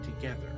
together